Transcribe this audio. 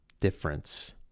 difference